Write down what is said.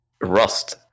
Rust